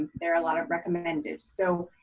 they're a lot of recommended. so,